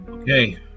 okay